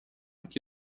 que